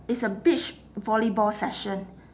it's a beach volleyball session